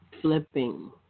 Flipping